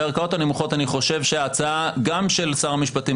בערכאות הנמוכות אני חושב שההצעה גם של שר המשפטים